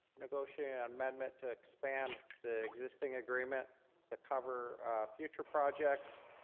negotiating an amendment to expand the existing agreement to cover future projects.